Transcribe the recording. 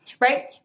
right